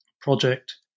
project